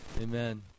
Amen